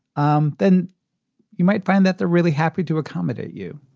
um then you might find that they're really happy to accommodate you.